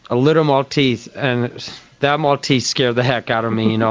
a little maltese, and that maltese scared the heck out of me. you know